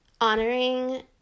honoring